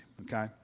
okay